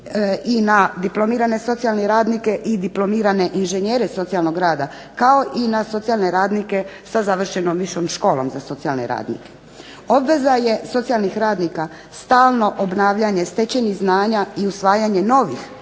i na diplomirane socijalne radnike i diplomirane inženjere socijalnog rada, kao i na socijalne radnike sa završenom višom školom za socijalne radnike. Obveza je socijalnih radnika stalno obnavljanje stečenih znanja i usvajanje novih,